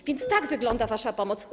A więc tak wygląda wasza pomoc.